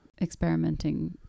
experimenting